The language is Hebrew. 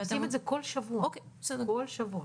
עושים את זה כל שבוע, כל שבוע.